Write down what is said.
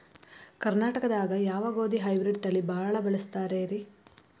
ಕರ್ನಾಟಕದಾಗ ಯಾವ ಗೋಧಿ ಹೈಬ್ರಿಡ್ ತಳಿ ಭಾಳ ಬಳಸ್ತಾರ ರೇ?